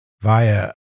via